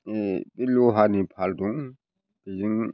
बे लहानि फाल दं बेजों